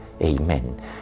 Amen